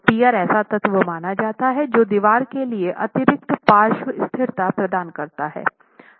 तो पियर ऐसा तत्व माना जाता है जो दीवार के लिए अतिरिक्त पार्श्व स्थिरता प्रदान करता है